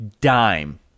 dime